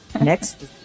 Next